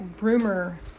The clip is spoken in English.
rumor